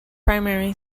primary